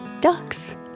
Ducks